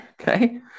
Okay